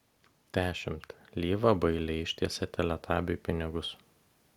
dešimt lyva bailiai ištiesė teletabiui pinigus